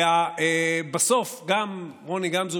ובסוף גם רוני גמזו,